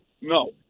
No